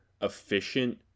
efficient